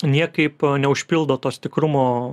niekaip neužpildo tos tikrumo